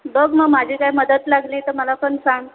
बग मग माझी काय मदत लागली तर मला पण सांग